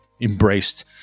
embraced